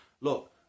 look